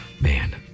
man